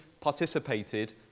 participated